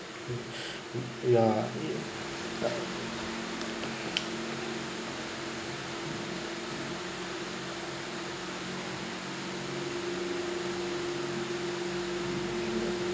ya